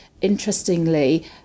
interestingly